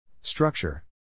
Structure